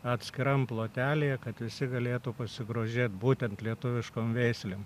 atskiram plotelyje kad visi galėtų pasigrožėti būtent lietuviškom veislėm